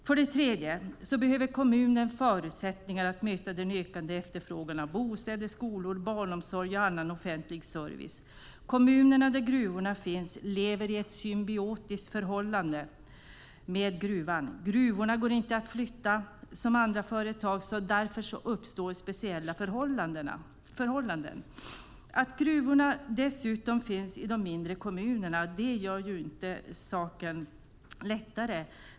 För det tredje behöver kommunerna förutsättningar att möta den ökande efterfrågan på bostäder, skolor, barnomsorg och annan offentlig service. De kommuner där gruvorna finns lever i ett symbiotiskt förhållande med gruvan. Gruvorna går inte att flytta som andra företag, och därför uppstår speciella förhållanden. Att gruvorna dessutom finns i de mindre kommunerna gör inte saken lättare.